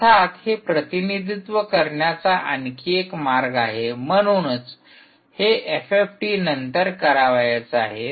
अर्थात हे प्रतिनिधित्व करण्याचा आणखी एक मार्ग आहे म्हणूनच हे एफएफटी नंतर करावयाचे आहे